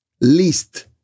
least